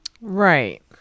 Right